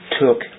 took